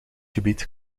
gebied